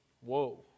Whoa